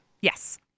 Yes